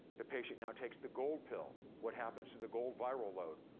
the patient now takes the gold pill. what happens to the gold viral load?